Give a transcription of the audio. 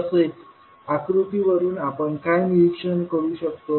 तसेचआकृतीवरून आपण काय निरीक्षण करू शकतो